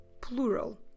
plural